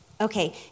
Okay